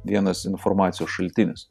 vienas informacijos šaltinis